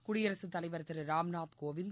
குடியரசுத் தலைவர் திரு ராம்நாத் கோவிந்த்